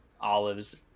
olives